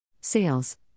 Sales